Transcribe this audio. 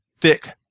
thick